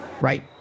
Right